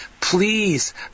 Please